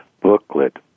booklet